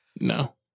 No